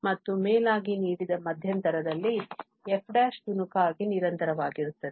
ಮತ್ತು ಮೇಲಾಗಿ ನೀಡಿದ ಮಧ್ಯಂತರದಲ್ಲಿ f ತುಣುಕಾಗಿ ನಿರಂತರವಾಗಿರುತ್ತದೆ